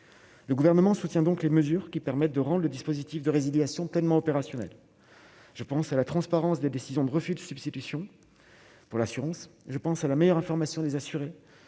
le gouvernement soutient donc les mesures qui permettent de rang, le dispositif de résiliation pleinement opérationnel, je pense à la transparence des décisions de refus de substitution pour l'assurance, je pense à la meilleure information des assurés,